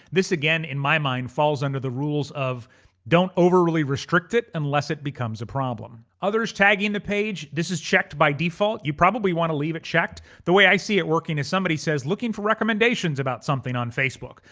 this again, in my mind falls under the rules of don't overly restrict it unless it becomes a problem. others tagging the page, this is checked by default. you probably wanna leave it checked. the way i see it working is somebody says looking for recommendations about something on facebook.